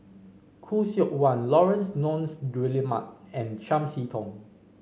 Khoo Seok Wan Laurence Nunns Guillemard and Chiam See Tong